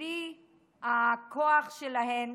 בלי הכוח שלהן,